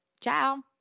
Ciao